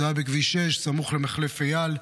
זה היה בכביש 6 סמוך למחלף אייל,